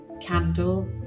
candle